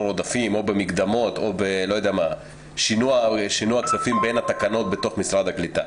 עודפים או במקדמות או בשינוע כספים בין התקנות בתוך משרד הקליטה.